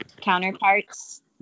counterparts